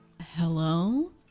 Hello